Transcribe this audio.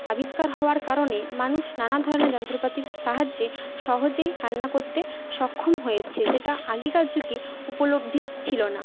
আবিষ্কার হওয়ার কারণে মানুষ নানা ধরনের যন্ত্রপাতির সাহায্যে সহজেই রান্না করতে সক্ষম হয়েছে যেটা আগেকার যুগে উপলব্ধ ছিল না